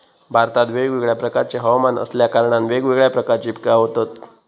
भारतात वेगवेगळ्या प्रकारचे हवमान असल्या कारणान वेगवेगळ्या प्रकारची पिका होतत